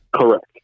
Correct